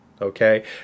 okay